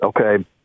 okay